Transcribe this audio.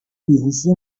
بیهوشی